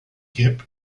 geb